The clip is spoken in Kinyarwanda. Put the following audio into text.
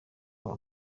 aba